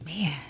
Man